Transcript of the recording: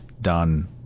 done